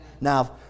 Now